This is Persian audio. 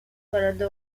کننده